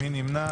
מי נמנע?